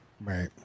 right